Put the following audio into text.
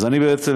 אז אני מבקש